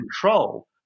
control